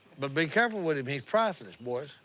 but be careful with him. he's priceless, boys.